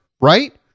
Right